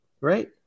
Right